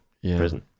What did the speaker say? Prison